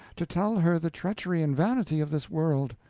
to tell her the treachery and vanity of this world.